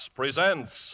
presents